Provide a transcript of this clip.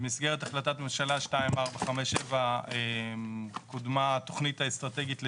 במסגרת החלטת ממשלה 2457 קודמה התוכנית האסטרטגית לדיור.